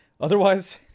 Otherwise